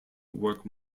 work